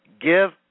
give